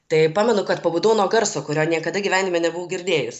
tai pamenu kad pabudau nuo garso kurio niekada gyvenime nebuvau girdėjus